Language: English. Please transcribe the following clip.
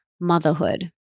motherhood